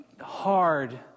hard